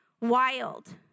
wild